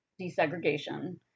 desegregation